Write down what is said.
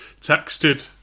texted